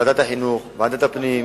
בוועדת החינוך ובוועדת הפנים.